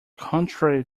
contrary